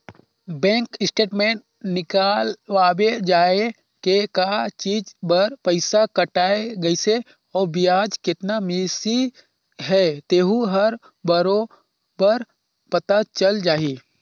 bank statement निकलवाबे जाये के का चीच बर पइसा कटाय गइसे अउ बियाज केतना मिलिस हे तेहू हर बरोबर पता चल जाही